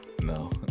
No